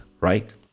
right